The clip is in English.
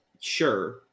Sure